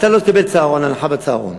אתה לא תקבל הנחה בצהרון.